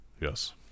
Yes